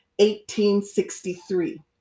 1863